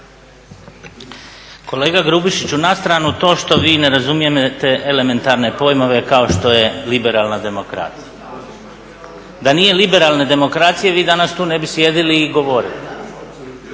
Kolega Grubišiću na stranu to što vi ne razumijete elementarne pojmove kao što je liberalna demokracija, da nije liberalne demokracije vi danas tu ne bi sjedili i govorili.